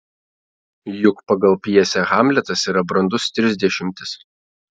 juk pagal pjesę hamletas yra brandus trisdešimtis